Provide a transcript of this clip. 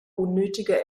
unnötiger